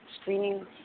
screening